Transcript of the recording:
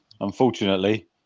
unfortunately